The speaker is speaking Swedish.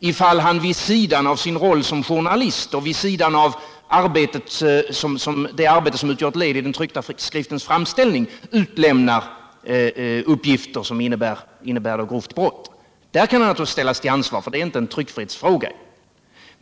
i de fall han vid sidan om sin roll som journalist och vid sidan av det arbete som utgör ett led i den tryckta skriftens framställning utlämnar uppgifter som innebär grovt brott. Då kan han givetvis ställas till ansvar, för det är ingen tryckfrihetsfråga.